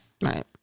right